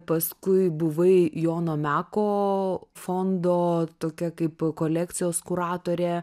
paskui buvai jono meko fondo tokia kaip kolekcijos kuratorė